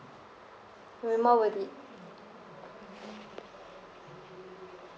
will be more worth it